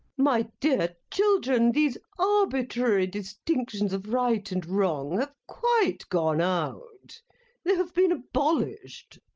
my dear children, these arbitrary distinctions of right and wrong have quite gone out they have been abolished.